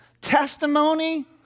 testimony